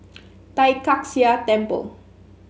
Tai Kak Seah Temple